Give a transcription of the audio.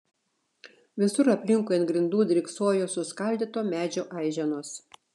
visur aplinkui ant grindų dryksojo suskaldyto medžio aiženos